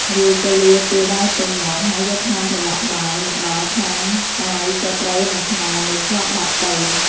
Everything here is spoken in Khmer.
រួចក៏លាគេដើរចេញមក ហើយយកថ្នាំប្រឡាក់បាយមកដល់ខាងអាយក៏ត្រូវនឹងខ្នារនោះស្លាប់បាត់ទៅ។